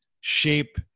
shape